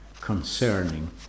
concerning